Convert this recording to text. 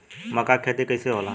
मका के खेती कइसे होला?